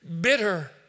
bitter